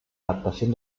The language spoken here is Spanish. adaptación